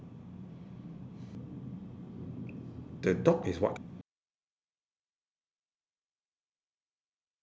the dog is what